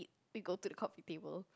we go to the coffee table